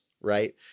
right